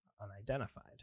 unidentified